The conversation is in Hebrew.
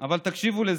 אבל, תקשיבו לזה,